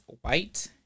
white